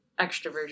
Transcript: extroversion